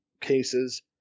cases